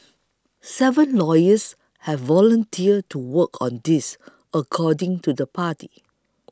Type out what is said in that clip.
seven lawyers have volunteered to work on this according to the party